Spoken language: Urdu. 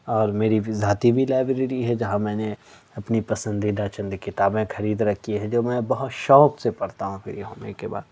اور میری ذاتی بھی لائبریری ہے جہاں میں نے اپنی پسندیدہ چند کتابیں خرید رکھی ہیں جو میں بہت شوق سے پڑھتا ہوں فری ہونے کے بعد